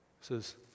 says